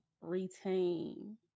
retain